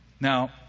Now